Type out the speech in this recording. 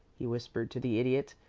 he whispered to the idiot,